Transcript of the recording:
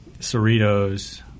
Cerritos